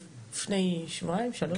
לנגב לפני שבועיים שלוש.